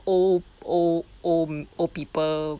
old old old old people